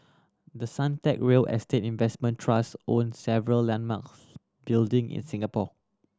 the Suntec real estate investment trust own several landmarks building in Singapore